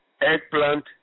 eggplant